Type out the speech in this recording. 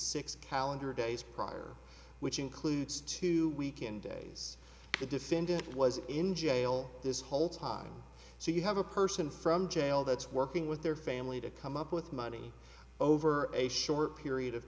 six calendar days prior which includes to weekend the defendant was in jail this whole time so you have a person from jail that's working with their family to come up with money over a short period of